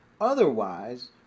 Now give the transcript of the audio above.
Otherwise